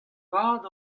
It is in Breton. vat